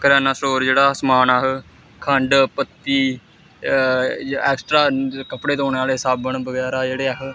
करेआना store जेह्ड़ा समान अस खंड पत्ती ऐक्सट्रा कपड़े धोने आह्ले साबन बगैरा जेह्ड़े